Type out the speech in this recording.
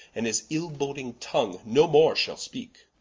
and his ill-boading tongue, no more shall speake